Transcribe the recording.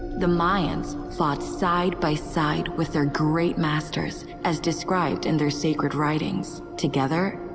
the mayans fought side by side with their great masters, as described in their sacred writings. together,